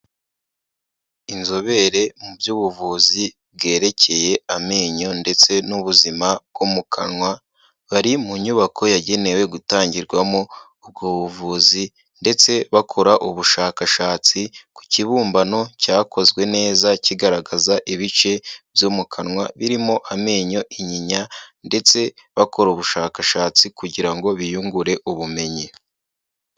Inzobere mu by'ubuvuzi bwerekeye amenyo ndetse n'ubuzima bwo mu kanwa bari mu nyubako yagenewe gutangirwamo ubwo buvuzi ndetse bakora ubushakashatsi ku kibumbano cyakozwe neza kigaragaza ibice byo mu kanwa birimo amenyo, inyinya ndetse bakora ubushakashatsi kugira ngo biyungure ubumenyi.